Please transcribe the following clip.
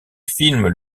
films